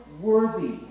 worthy